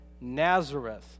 Nazareth